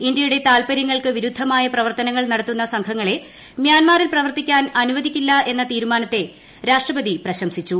ഇന്ത്യയുടെ താൽപര്യങ്ങൾക്ക് വിരുദ്ധമായ പ്രവർത്തനങ്ങൾ നടത്തുന്ന സംഘങ്ങളെ മൃാൻമാറിൽ പ്രവർത്തിക്കാൻ അനുവദിക്കില്ലെന്ന തീരുമാനത്തെ രാഷ്ട്രപതി പ്രശംസിച്ചു